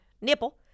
nipple